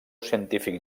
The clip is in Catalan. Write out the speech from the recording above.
científic